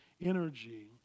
energy